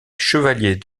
chevalier